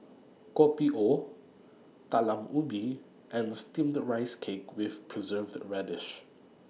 Kopi O Talam Ubi and Steamed Rice Cake with Preserved Radish